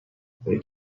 they